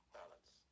balance